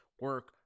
Work